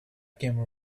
came